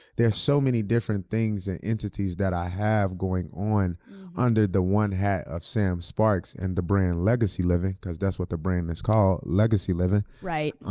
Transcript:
there's so many different things and entities that i have going on under the one hat of sam sparks and the brand legacy living, cause that's what the brand is called, legacy living. right.